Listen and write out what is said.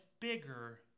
bigger